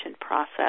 process